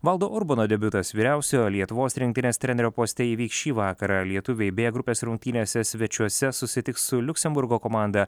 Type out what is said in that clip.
valdo urbono debiutas vyriausiojo lietuvos rinktinės trenerio poste įvyks šį vakarą lietuviai b grupės rungtynėse svečiuose susitiks su liuksemburgo komanda